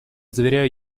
заверяю